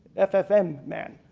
ffm man.